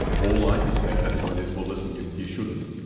all i can say at that point is, well listen, you you shouldn't.